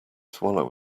swallow